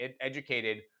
educated